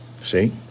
See